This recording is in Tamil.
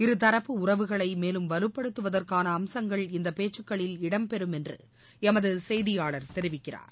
இருதரப்பு உறவுகளை மேலும் வலுப்படுத்துவதற்கான அம்சங்கள் இந்தப் பேச்சுக்களில் இடம் பெறும் என்று எமது செய்தியாளர் தெரிவிக்கிறார்